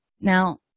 Now